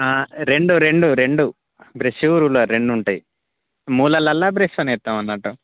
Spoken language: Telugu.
రెండు రెండు రెండు బ్రషు రూలర్ రెండు ఉంటాయి మూలలల్లో బ్రష్తోని వేస్తాం అన్నట్టు